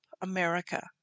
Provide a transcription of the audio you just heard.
America